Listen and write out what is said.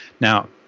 Now